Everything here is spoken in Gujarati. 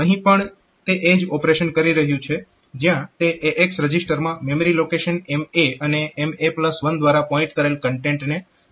અહીં પણ તે એ જ ઓપરેશન કરી રહ્યું છે જ્યાં તે AX રજીસ્ટરમાં મેમરી લોકેશન MA અને MA1 દ્વારા પોઇન્ટ કરેલ કન્ટેન્ટને લોડ કરે છે